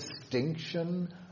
distinction